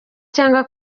cyangwa